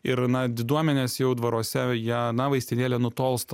ir na diduomenės jau dvaruose ją na vaistinėlė nutolsta